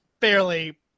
fairly